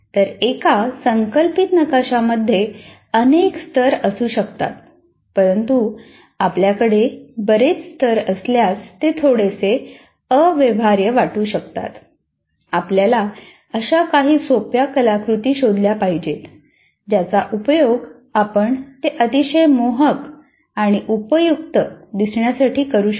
तर एका संकल्पित नकाशामध्ये अनेक स्तर असू शकतात परंतु आपल्याकडे बरेच स्तर असल्यास ते थोडेसे अव्यवहार्य वाटू शकतात आपल्याला अशा काही सोप्या कलाकृती शोधल्या पाहिजेत ज्याचा उपयोग आपण ते अतिशय मोहक आणि उपयुक्त दिसण्यासाठी करू शकतो